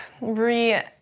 re